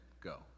go